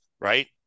Right